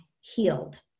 healed